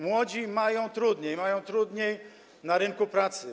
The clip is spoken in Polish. Młodzi mają trudniej, mają trudniej na rynku pracy.